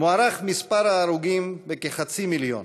מוערך מספר ההרוגים בחצי מיליון,